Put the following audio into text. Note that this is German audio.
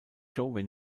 joe